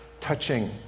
touching